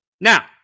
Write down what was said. Now